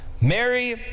Mary